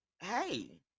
Hey